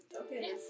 Okay